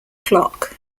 clock